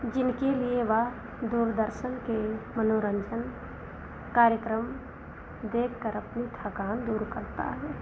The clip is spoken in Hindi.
जिनके लिए वह दूरदर्शन के मनोरन्जन कार्यक्रम देखकर अपनी थकान दूर करता है